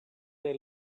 they